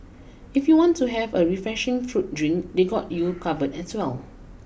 if you want to have a refreshing fruit drink they got you covered as well